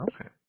Okay